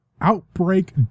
outbreak